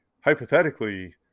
hypothetically